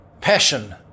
Passion